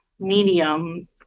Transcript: medium